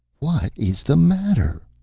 what is the matter?